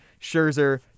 Scherzer